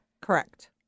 Correct